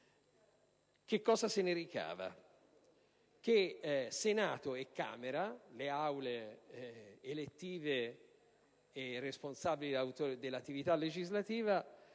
questo si ricava che Senato e Camera, le Assemblee elettive e responsabili dell'attività legislativa,